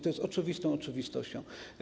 To jest oczywistą oczywistością.